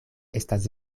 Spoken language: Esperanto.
estas